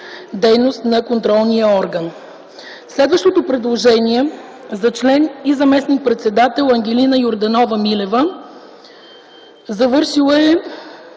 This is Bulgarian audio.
дейност на контролния орган. Следващото предложение за член и заместник-председател е Ангелина Йорданова Милева. Завършила е